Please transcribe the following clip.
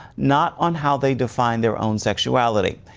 not on how they define their own sexuality.